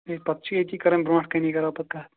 ہے پَتہٕ چھُ ییٚتی کَرَن برٛونٛٹھٕ کٔنی کَرو پَتہٕ کَتھ